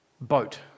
boat